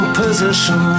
position